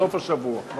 בסוף השבוע היה לו.